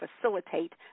facilitate